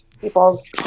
people's